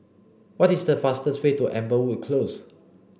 what is the fastest way to Amberwood Close